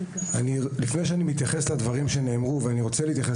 לפני שאני מתייחס לדברים שנאמרו ואני רוצה להתייחס